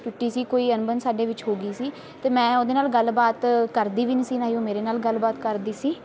ਟੁੱਟੀ ਸੀ ਕੋਈ ਅਣਬਣ ਸਾਡੇ ਵਿੱਚ ਹੋ ਗਈ ਸੀ ਅਤੇ ਮੈਂ ਉਹਦੇ ਨਾਲ਼ ਗੱਲਬਾਤ ਕਰਦੀ ਵੀ ਨਹੀਂ ਸੀ ਨਾ ਹੀ ਉਹ ਮੇਰੇ ਨਾਲ਼ ਗੱਲਬਾਤ ਕਰਦੀ ਸੀ